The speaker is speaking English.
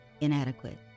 inadequate